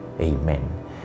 Amen